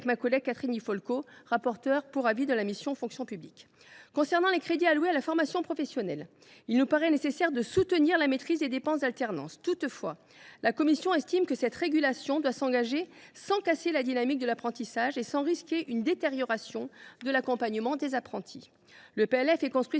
la commission des lois pour les crédits du programme 148 « Fonction publique ». Concernant les crédits alloués à la formation professionnelle, il nous paraît nécessaire de soutenir la maîtrise des dépenses d’alternance. Toutefois, la commission estime que cette régulation doit s’engager sans casser la dynamique de l’apprentissage et sans risquer une détérioration de l’accompagnement des apprentis. Le PLF est construit